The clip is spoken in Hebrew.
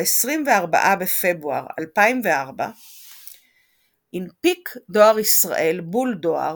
ב-24 בפברואר 2004 הנפיק דאר ישראל בול דאר